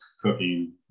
cooking